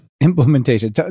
implementation